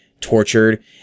tortured